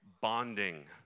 Bonding